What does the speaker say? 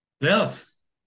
Yes